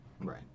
Right